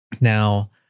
Now